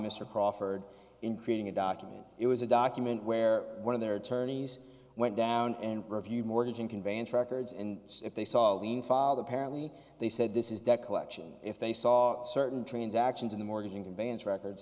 mr crawford in creating a document it was a document where one of their attorneys went down and reviewed mortgage and conveyance records and if they saw a lean father apparently they said this is debt collection if they saw certain transactions in the mortgage and conveyance records